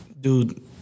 Dude